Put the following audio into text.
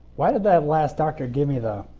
why did that last doctor give me the